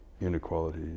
inequality